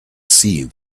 seen